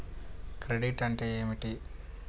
Credit అంటే ఏమిటి?